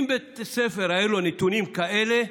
אם לבית הספר היו נתונים כאלה,